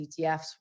ETFs